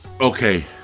Okay